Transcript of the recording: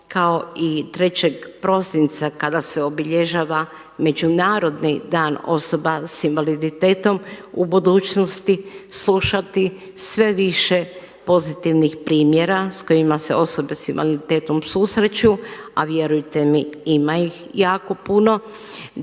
kao i 3. prosinca kada se obilježava Međunarodni dan osoba s invaliditetom u budućnosti slušati sve više pozitivnih primjera s kojima se osobe s invaliditetom susreću, a vjerujte mi ima ih jako puno.